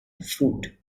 fruit